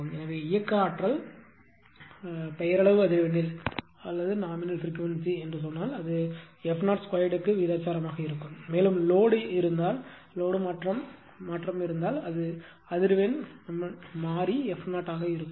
எனவே இயக்க ஆற்றல் பெயரளவு அதிர்வெண்ணில் சொன்னால் இது f 02 க்கு விகிதாசாரமாகும் மேலும் லோடு இருந்தால் லோடு மாற்றத்தில் மாற்றம் இருக்கும் அதாவது அதிர்வெண் மாறி f 0 ஆக இருந்தது